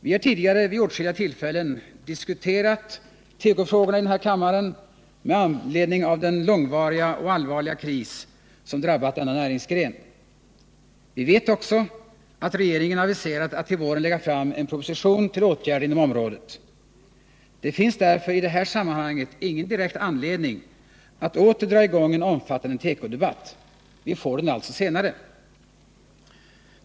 Vi har tidigare vid åtskilliga tillfällen diskuterat tekofrågorna i den här kammaren, med anledning av den långvariga och allvarliga kris som drabbat denna näringsgren. Vi vet också att regeringen aviserat att till våren lägga fram en proposition med förslag till åtgärder inom området. Det finns därför i det här sammanhanget ingen direkt anledning att åter dra i gång en omfattande tekodebatt — vi får den alltså senare.